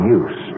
use